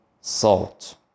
salt